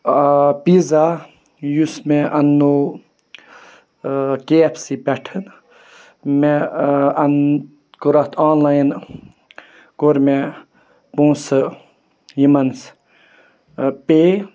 pizza یُس مےٚ اَننوو کے ایف سی پٮ۪ٹھ مےٚ اَن کوٚر اَتھ آنلاِین کوٚر مےٚ پونٛسہٕ یِمَن پے